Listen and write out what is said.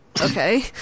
Okay